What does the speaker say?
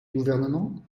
gouvernement